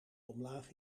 omlaag